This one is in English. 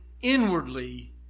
inwardly